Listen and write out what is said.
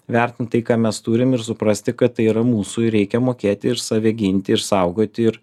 vertint tai ką mes turim ir suprasti kad tai yra mūsų ir reikia mokėti ir save ginti ir saugoti ir